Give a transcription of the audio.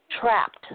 trapped